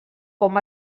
com